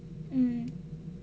mm